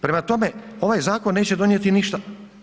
Prema tome, ovaj zakon neće donijeti ništa.